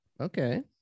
Okay